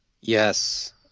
yes